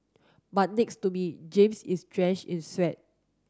but next to me James is drenched in sweat